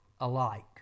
alike